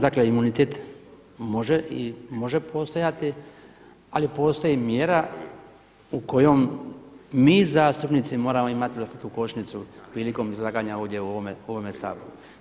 Dakle, imunitet može postojati ali postoji mjera u kojoj mi zastupnici moramo imati vlastitu košnicu prilikom izlaganja ovdje u ovom Saboru.